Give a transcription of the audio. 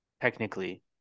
technically